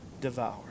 devour